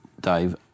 Dave